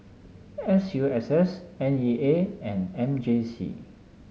S U S S N E A and M J C